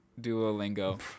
Duolingo